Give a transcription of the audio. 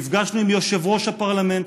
נפגשנו עם יושב-ראש הפרלמנט,